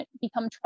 become